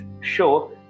show